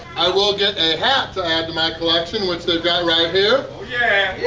i will get a hat to add to my collection which they've got right here! yeah